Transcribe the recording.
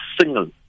single